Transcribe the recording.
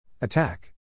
Attack